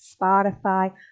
Spotify